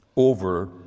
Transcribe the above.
over